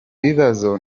bibazo